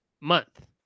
month